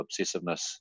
obsessiveness